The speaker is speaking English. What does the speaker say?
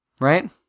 Right